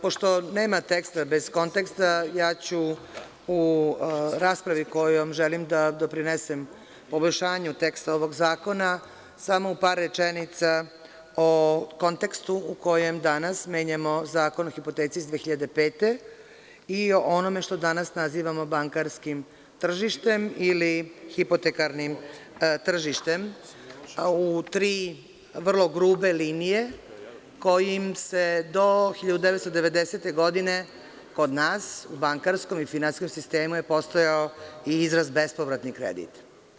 Pošto nema teksta bez konteksta, ja ću u raspravi kojom želim da doprinesem poboljšanju teksta ovog zakona, samo u par rečenica u kontekstu, u kojem danas menjamo Zakon o hipoteci iz 2005. godine i o onome što danas nazivamo bankarskim tržištem ili hipotekarnim tržištem, u tri vrlo grube linije, kojim se do 1990. godine kod nas u bankarskom i finansijskom sistemu, je postojao i izraz – bespovratni kredit.